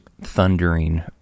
thundering